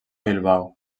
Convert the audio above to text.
bilbao